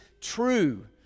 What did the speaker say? true